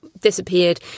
disappeared